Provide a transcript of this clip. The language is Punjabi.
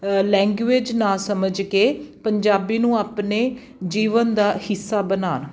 ਲੈਂਗੁਏਜ ਨਾ ਸਮਝ ਕੇ ਪੰਜਾਬੀ ਨੂੰ ਆਪਣੇ ਜੀਵਨ ਦਾ ਹਿੱਸਾ ਬਣਾਉਣ